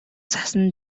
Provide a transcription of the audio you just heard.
цасан